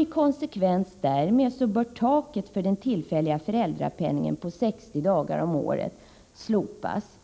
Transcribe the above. I konsekvens därmed bör taket för den tillfälliga föräldrapenningen på 60 dagar om året slopas.